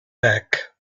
back